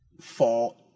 fall